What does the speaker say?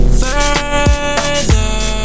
further